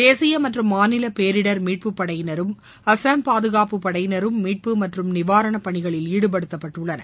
தேசிய மற்றும் மாநில பேரிடர் மீட்புப்படையினரும் அஸ்ஸாம் பாதுகாப்புப்படையினரும் மீட்பு மற்றும் நிவாரணப்பணிகளில் ஈடுபடுத்தப்பட்டுள்ளனர்